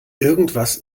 irgendwas